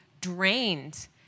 drained